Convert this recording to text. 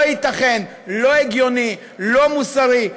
לא ייתכן, לא הגיוני, לא מוסרי.